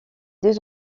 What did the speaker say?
deux